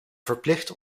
verplicht